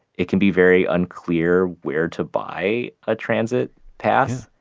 it can be very unclear where to buy a transit pass.